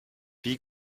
wie